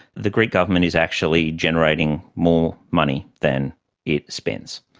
the greek government is actually generating more money than it spends.